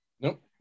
Nope